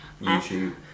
YouTube